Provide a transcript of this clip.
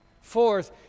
Fourth